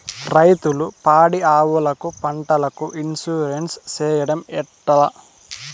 రైతులు పాడి ఆవులకు, పంటలకు, ఇన్సూరెన్సు సేయడం ఎట్లా?